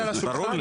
זה ברור לי.